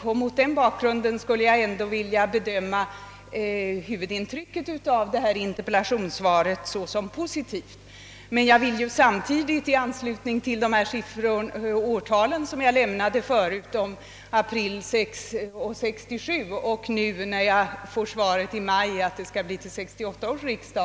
Och mot den bakgrunden skulle jag ändå vilja bedöma huvudintrycket av detta interpellationssvar såsom positivt. Som jag nämnde hade jag emellertid i april i år fått uppgift om att proposition i ärendet skulle framläggas för 1967 års riksdag. När jag nu, i maj, får svaret säger justitieministern att proposition skall lämnas till 1968 års riksdag.